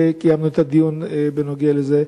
כשקיימנו את הדיון בנוגע לזה.